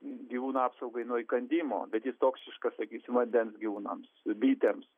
gyvūnų apsaugai nuo įkandimo bet jis toksiškas sakysim vandens gyvūnams bitėms